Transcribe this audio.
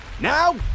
Now